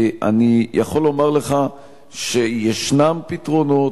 אני יכול לומר לך שישנם פתרונות,